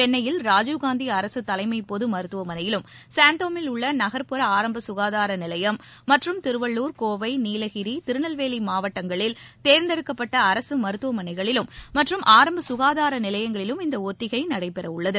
சென்னையில் ராஜீவ்காந்தி அரசு தலைமை பொது மருத்துவமனையிலும் சாந்தோமில் உள்ள நகர்ப்புற ஆரம்ப களதார நிலையம் மற்றும் திருவள்ளூர் கோவை நீலகிரி திருநெல்வேலி மாவட்டங்களில் தேர்ந்தெடுக்கப்பட்ட அரசு மருத்துவமனைகளிலும் ஆரம்ப சுகாதார நிலையங்களிலும் இந்த ஒத்திகை நடைபெறவுள்ளது